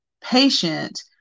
patient